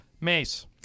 Mace